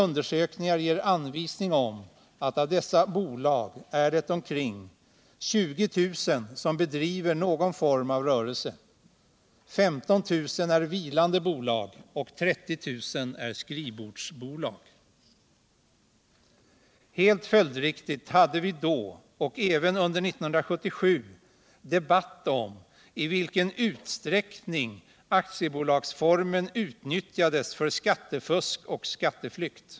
Undersökningarna visar att omkring 20 000 av dessa bolag bedriver någon form av rörelse, att 15 000 är vilande bolag och att 30 000 är skrivbordsbolag. Helt följdriktigt hade vi då — och även under 1977 — debatt om i vilken utsträckning aktiebolagsformen utnyttjades för skattefusk och skatteflykt.